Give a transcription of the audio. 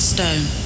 Stone